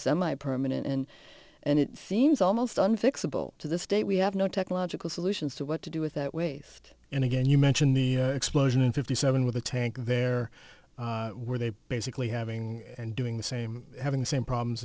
semi permanent and and it seems almost unfixable to this day we have no technological solutions to what to do with that waste and again you mention the explosion in fifty seven with the tank there where they basically having and doing the same having the same problems